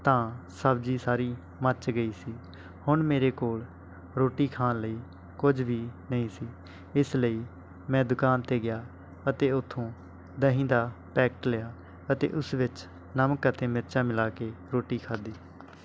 ਤਾਂ ਸਬਜ਼ੀ ਸਾਰੀ ਮੱਚ ਗਈ ਸੀ ਹੁਣ ਮੇਰੇ ਕੋਲ ਰੋਟੀ ਖਾਣ ਲਈ ਕੁਝ ਵੀ ਨਹੀਂ ਸੀ ਇਸ ਲਈ ਮੈਂ ਦੁਕਾਨ 'ਤੇ ਗਿਆ ਅਤੇ ਉੱਥੋਂ ਦਹੀਂ ਦਾ ਪੈਕਟ ਲਿਆ ਅਤੇ ਉਸ ਵਿੱਚ ਨਮਕ ਅਤੇ ਮਿਰਚਾਂ ਮਿਲਾ ਕੇ ਰੋਟੀ ਖਾਧੀ